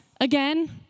again